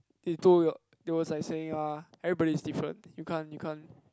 they was like saying uh everybody is different you can't you can't